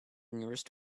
nearest